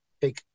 big